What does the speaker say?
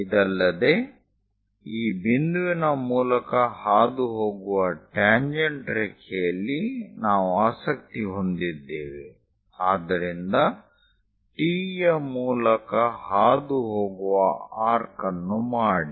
ಇದಲ್ಲದೆ ಈ ಬಿಂದುವಿನ ಮೂಲಕ ಹಾದುಹೋಗುವ ಟ್ಯಾಂಜೆಂಟ್ ರೇಖೆಯಲ್ಲಿ ನಾವು ಆಸಕ್ತಿ ಹೊಂದಿದ್ದೇವೆ ಆದ್ದರಿಂದ T ಯ ಮೂಲಕ ಹಾದುಹೋಗುವ ಆರ್ಕ್ ಅನ್ನು ಮಾಡಿ